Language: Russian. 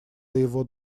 его